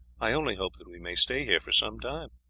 i only hope that we may stay here for some time.